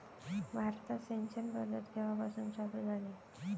भारतात सिंचन पद्धत केवापासून चालू झाली?